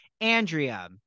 Andrea